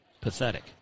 Pathetic